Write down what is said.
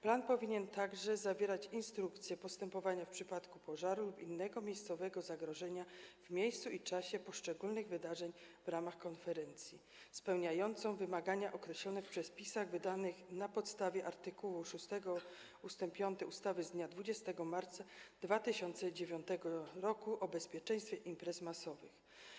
Plan powinien także zawierać instrukcję postępowania w przypadku pożaru lub innego miejscowego zagrożenia w miejscu i w czasie poszczególnych wydarzeń w ramach konferencji, spełniającą wymagania określone w przepisach wydanych na podstawie art. 6 ust. 5 ustawy z dnia 20 marca 2009 r. o bezpieczeństwie imprez masowych.